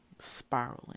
spiraling